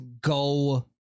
go